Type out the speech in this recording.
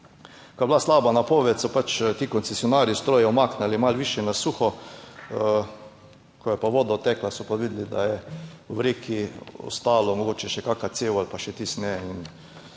Ko je bila slaba napoved, so pač ti koncesionarji stroje umaknili malo višje na suho, ko je pa voda odtekla, so pa videli, da je v reki ostalo mogoče še kakšna cev ali pa še tisto